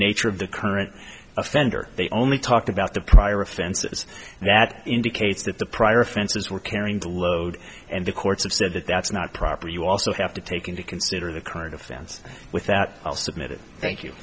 nature of the current offender they only talked about the prior offenses that indicates that the prior offenses were carrying the load and the courts have said that that's not proper you also have to take into consider the current offense with that i'll submit it thank you